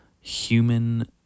human